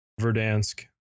Verdansk